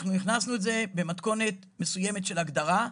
הכנסנו את זה במתכונת מסוימת של הגדרה.